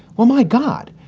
well, my god,